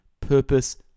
purpose